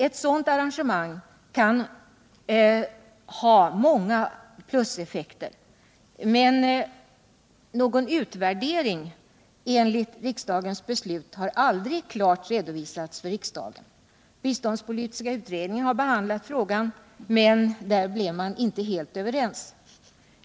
Ett sådant arrangemang kan ha många pluseffekter, men någon utvärdering enligt riksdagens beslut har aldrig klart redovisats för riksdagen. Biståndspolitiska utredningen har behandlat frågan, men där blev man inte helt överens.